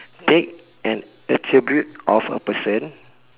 take an attribute of a person